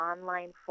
online